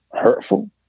hurtful